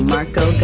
Marco